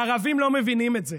הערבים לא מבינים את זה.